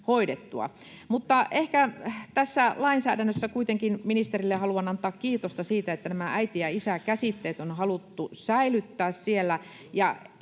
hoidettua. Ehkä tässä lainsäädännössä kuitenkin ministerille haluan antaa kiitosta siitä, että nämä äiti- ja isäkäsitteet on haluttu säilyttää siellä.